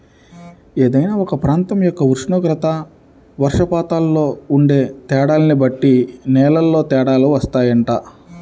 ఏదైనా ఒక ప్రాంతం యొక్క ఉష్ణోగ్రత, వర్షపాతంలో ఉండే తేడాల్ని బట్టి నేలల్లో తేడాలు వత్తాయంట